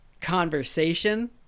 conversation